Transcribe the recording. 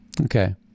Okay